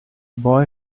boy